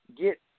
get